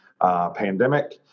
pandemic